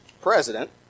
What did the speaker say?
president